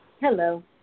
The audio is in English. Hello